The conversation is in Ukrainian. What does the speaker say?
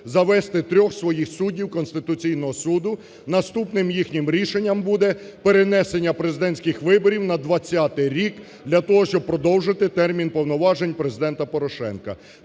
завести трьох своїх суддів Конституційного Суду. Наступним їхнім рішенням буде перенесення президентських виборів на 2020 рік для того, щоб продовжити термін повноважень Президента Порошенка.